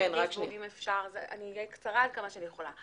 אני אהיה קצרה עד כמה שאני יכולה.